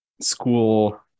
school